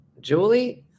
Julie